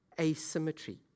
asymmetry